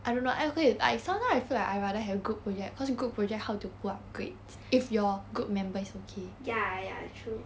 ya ya true